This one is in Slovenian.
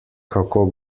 kako